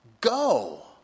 go